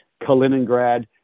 Kaliningrad